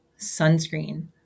sunscreen